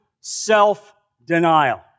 self-denial